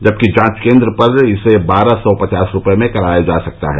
जबकि जॉच केन्द्र पर इसे बारह सौ पचास रूपये में कराया जा सकता है